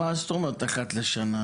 מה זאת אומרת אחת לשנה?